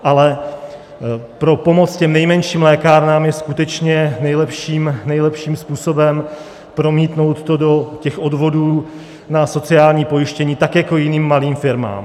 Ale pro pomoc těm nejmenším lékárnám je skutečně nejlepším způsobem promítnout to do těch odvodů na sociální pojištění, tak jako jiným malým firmám.